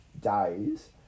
days